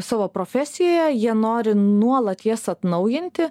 savo profesijoje jie nori nuolat jas atnaujinti